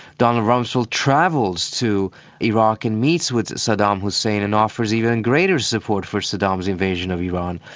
donald rumsfeld travels to iraq and meets with saddam hussein and offers even and greater support for saddam's invasion of iran.